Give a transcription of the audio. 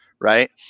Right